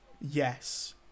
yes